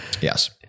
Yes